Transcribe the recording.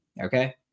Okay